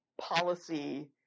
policy